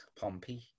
Pompey